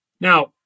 Now